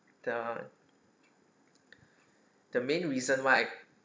the the main reason why